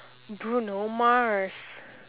bruno mars